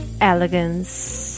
Elegance